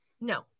No